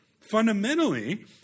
Fundamentally